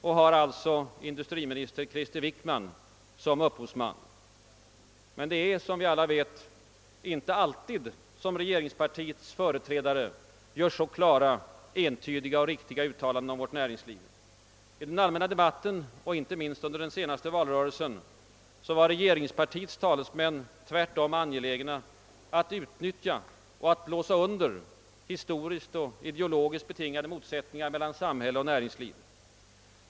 De har alltså industriminister Krister Wickman som upphovsman. Men det är som alla vet inte alltid som regeringspartiets företrädare gör så klara, entydiga och riktiga uttaladen om vårt näringsliv. I den allmänna debatten och inte minst under den senaste valrörelsen var regeringspartiets talesmän tvärtom angelägna att utnyttja och att blåsa under historiskt och ideologiskt betingade motsättningar mellan samhälle och näringsliv.